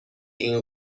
این